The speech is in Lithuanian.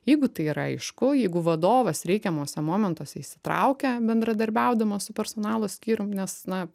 jeigu tai yra aišku jeigu vadovas reikiamuose momentuose įsitraukia bendradarbiaudamas personalo skyrium nes na